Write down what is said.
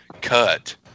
cut